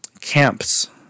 camps